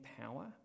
power